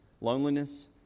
Loneliness